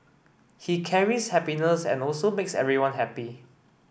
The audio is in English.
he carries happiness and also makes everyone happy